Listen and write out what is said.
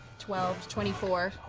twelve. twenty four.